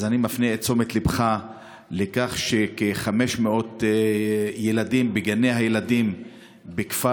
אז אני מפנה את תשומת לבך לכך שכ-500 ילדים בגני הילדים בכפר,